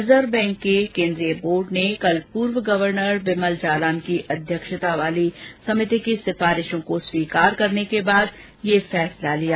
reserve bank के केन्द्रीय board ने कल पूर्व गवर्नर विमल जालान की अध्यक्षता वाली समिति की सिफारिशों को स्वीकार करने के बाद ये फैसला लिया